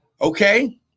Okay